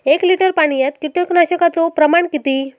एक लिटर पाणयात कीटकनाशकाचो प्रमाण किती?